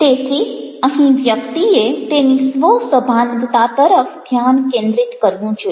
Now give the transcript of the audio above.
તેથી અહીં વ્યક્તિએ તેની સ્વ સભાનતા તરફ ધ્યાન કેન્દ્રિત કરવું જોઇએ